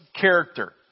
character